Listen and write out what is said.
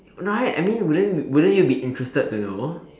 right I mean wouldn't wouldn't you be interested to know